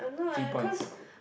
three points